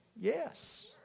Yes